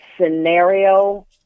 scenario